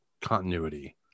continuity